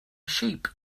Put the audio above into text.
sheep